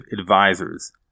advisors